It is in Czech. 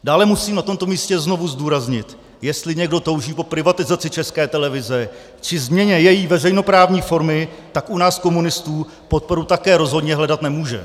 Dále musím na tomto místě znovu zdůraznit, jestli někdo touží po privatizaci České televize či změně její veřejnoprávní formy, tak u nás komunistů podporu také rozhodně také hledat nemůže.